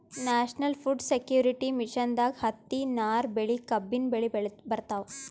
national food security ಮಿಷನ್ದಾಗ್ ಹತ್ತಿ, ನಾರ್ ಬೆಳಿ, ಕಬ್ಬಿನ್ ಬೆಳಿ ಬರ್ತವ್